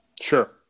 Sure